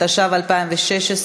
התשע"ו 2016,